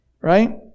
Right